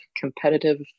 competitive